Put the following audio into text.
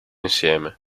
insieme